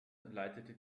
leitete